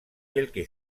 quelque